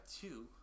two